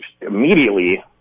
immediately